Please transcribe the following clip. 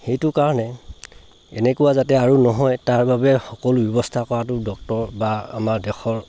সেইটো কাৰণে এনেকুৱা যাতে আৰু নহয় তাৰ বাবে সকলো ব্যৱস্থা কৰাটো ডক্তৰ বা আমাৰ দেশৰ